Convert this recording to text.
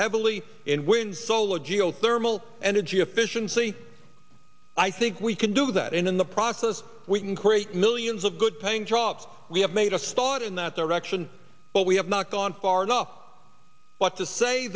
heavily in wind solar geothermal energy efficiency i think we can do that and in the process we can create millions of good paying drop we have made a start in that direction but we have not gone far enough but to say